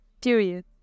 Period